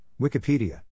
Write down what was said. Wikipedia